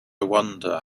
wonder